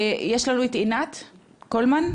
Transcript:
יש לנו את עינת קולמן,